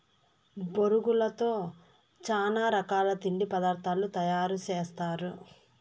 బొరుగులతో చానా రకాల తిండి పదార్థాలు తయారు సేస్తారు